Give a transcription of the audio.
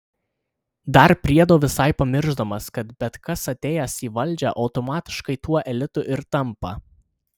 dar priedo visai pamiršdamas kad bet kas atėjęs į valdžią automatiškai tuo elitu ir tampa